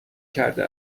کرده